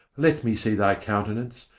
let me see thy countenance,